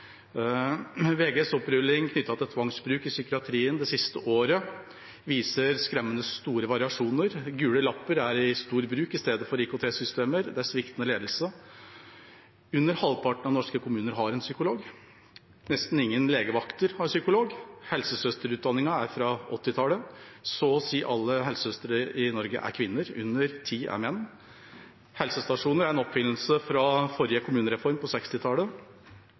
VGs opprulling av tvangsbruk i psykiatrien det siste året viser skremmende store variasjoner. Gule lapper er i stor grad i bruk i stedet for IKT-systemer, og det er sviktende ledelse. Under halvparten av norske kommuner har en psykolog, og nesten ingen legevakter har psykolog. Helsesøsterutdanningen er fra 1980-tallet, og så å si alle helsesøstre i Norge er kvinner, under ti er menn. Helsestasjonene er en oppfinnelse fra forrige kommunereform, på